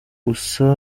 gusa